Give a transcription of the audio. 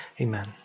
Amen